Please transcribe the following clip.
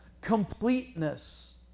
completeness